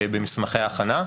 במסמכי ההכנה,